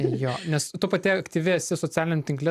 jo nes tu pati aktyvi esi socialiniam tinkle